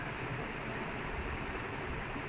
nah I mean not eagle but like like